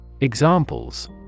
Examples